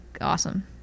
awesome